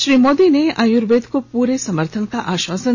श्री मोदी ने आयुर्वेद को पूरे समर्थन का आश्वासन दिया